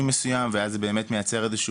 מסוים ואז זה באמת מייצר איזושהי,